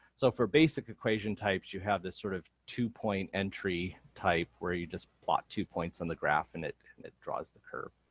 so for basic equation types you have this sort of two point entry type where you just plot two points on the graph and it and it draws the curve,